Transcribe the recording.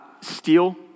steal